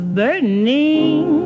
burning